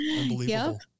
Unbelievable